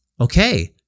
okay